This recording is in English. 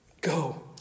Go